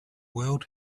world